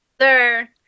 Sir